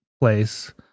place